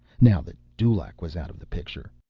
now that dulaq was out of the picture.